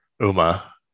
Uma